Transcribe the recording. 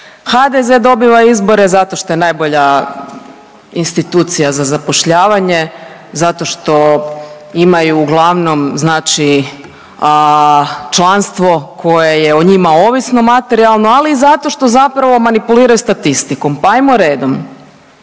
HDZ dobiva izbore zato što je najbolja institucija za zapošljavanjem, zato što imaju uglavnom znači članstvo koje je o njima ovisno materijalno, ali i zato što zapravo manipuliraju statistikom pa hajmo redom.